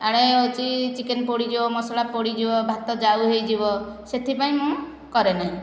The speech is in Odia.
ୟାଡ଼େ ହେଉଛି ଚିକେନ ପୋଡ଼ିଯିବ ମସଲା ପୋଡ଼ିଯିବ ଭାତ ଯାଉ ହୋଇଯିବ ସେଥିପାଇଁ ମୁଁ କରେନାହିଁ